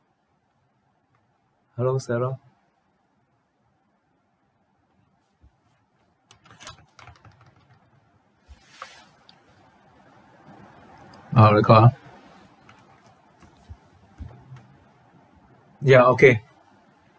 hello sarah ah record ah ya okay